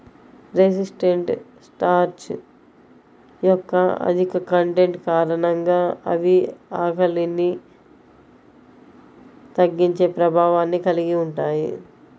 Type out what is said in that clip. resistant starch యొక్క అధిక content కారణంగా అవి ఆకలిని తగ్గించే ప్రభావాన్ని కలిగి ఉంటాయి